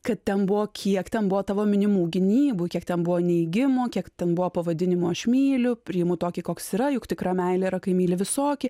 kad ten buvo kiek ten buvo tavo minimų gynybų kiek ten buvo neigimų kiek ten buvo pavadinimo aš myliu priimu tokį koks yra juk tikra meilė yra kai myli visokį